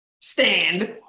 stand